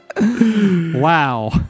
wow